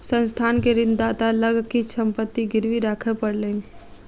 संस्थान के ऋणदाता लग किछ संपत्ति गिरवी राखअ पड़लैन